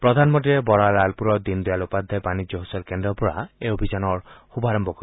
প্ৰধানমন্ত্ৰীয়ে বড়া লালপুৰৰ দীনদয়াল উপাধ্যায় বাণিজ্য সূচল কেন্দ্ৰৰ পৰা এই অভিযানৰ শুভাৰম্ভ কৰিব